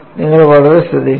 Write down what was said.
നിങ്ങൾ വളരെ ശ്രദ്ധിക്കണം